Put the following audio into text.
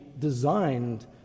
designed